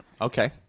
Okay